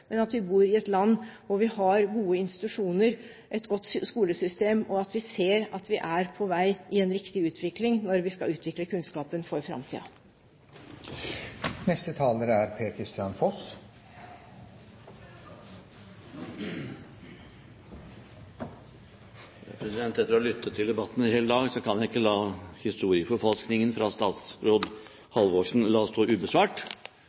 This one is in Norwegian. men at vi bor i et land hvor vi har gode institusjoner og et godt skolesystem, og at vi ser at vi er på vei i en riktig utvikling når vi skal utvikle kunnskapen for framtiden. Etter å ha lyttet til debatten i hele dag kan jeg ikke la historieforfalskningen fra statsråd Halvorsen stå ubesvart.